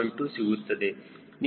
212 ಸಿಗುತ್ತದೆ